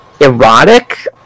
erotic